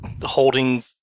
holding